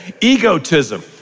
egotism